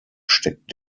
steckt